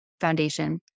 Foundation